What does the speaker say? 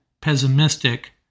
pessimistic